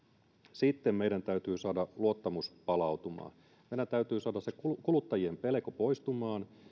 sitten meidän täytyy saada luottamus palautumaan meidän täytyy saada se kuluttajien pelko poistumaan